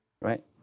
Right